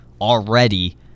already